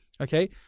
Okay